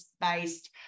based